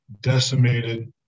decimated